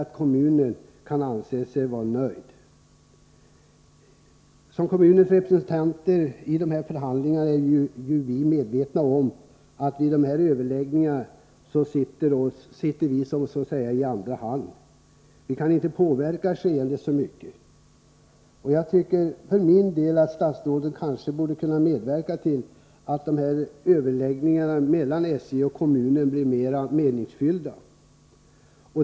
Vi är medvetna om att vi som kommunens representanter i förhandlingarna med SJ sitter så att säga i andra hand. Vi kan inte påverka skeendet så mycket. Jag tycker för min del att statsrådet kanske borde kunna medverka till att dessa överläggningar mellan SJ och kommunen blir mer meningsfyllda.